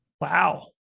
Wow